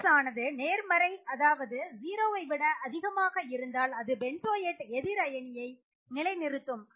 σXஆனது நேர்மறை அதாவது 0 ஐ விட அதிகமாக இருந்தால் அது பென்சோயேட் எதிர் அயனியை நிலைநிறுத்தும்